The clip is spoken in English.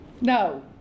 No